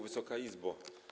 Wysoka Izbo!